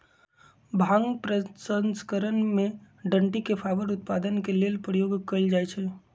भांग प्रसंस्करण में डनटी के फाइबर उत्पादन के लेल प्रयोग कयल जाइ छइ